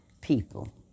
people